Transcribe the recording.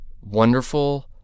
wonderful